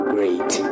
Great